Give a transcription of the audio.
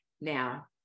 Now